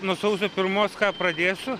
nuo sausio pirmos ką pradėsiu